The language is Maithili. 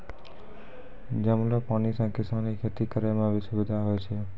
जमलो पानी से किसान के खेती करै मे भी सुबिधा होय छै